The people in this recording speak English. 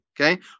okay